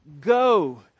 go